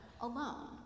alone